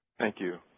thank you.